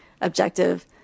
objective